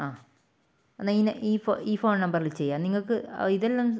ആ എന്നാൽ ഈ ഈ ഈ ഫോൺ നമ്പറിൽ ചെയ്യാം നിങ്ങൾക്ക് ഇതെല്ലാം